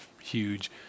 huge